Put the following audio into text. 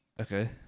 Okay